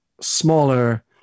smaller